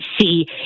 see